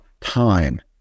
Time